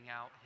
out